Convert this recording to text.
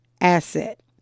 asset